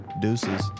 Deuces